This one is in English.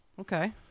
Okay